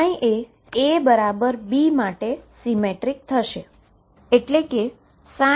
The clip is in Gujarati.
ψ એ AB માટે સીમેટ્રીક થશે